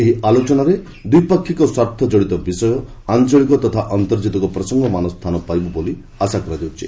ଏହି ଆଲୋଚନାରେ ଦ୍ୱିପାକ୍ଷିକ ସ୍ୱାର୍ଥଜଡିତ ବିଷୟ ଆଞ୍ଚଳିକ ତଥା ଆନ୍ତର୍ଜାତିକ ପ୍ରସଙ୍ଗମାନ ସ୍ଥାନ ପାଇବ ବୋଲି ଆଶା କରାଯାଉଛି